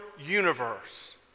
universe